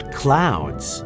clouds